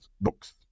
books